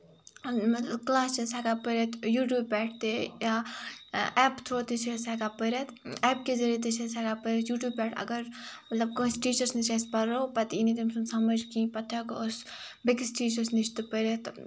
class چھِ أسۍ ہیٚکان پٔرِتھ یوٗٹوٗب پٮ۪ٹھ تہِ یا ایپ تھروٗ تہِ چھِ أسۍ ہیٚکان پٔرِتھ ایپ کہِ ذٔریعہِ تہِ چھِ أسۍ ہیٚکان پٔرِتھ یوٗٹوٗب پٮ۪ٹھ اَگر مطلب اَگر کٲنسہِ ٹیٖچرَس نِش أسۍ پَرو پَتہٕ یی نہٕ تٔمۍ سُند سَمجھ کِہینۍ پَتہٕ ہیٚکو أسۍ بیٚکِس ٹیٖچرَس نِش تہِ پٔرِتھ